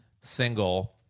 Single